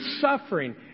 suffering